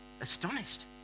astonished